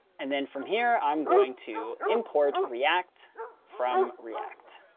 and then from here, i'm going to import react from react.